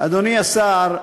אדוני השר,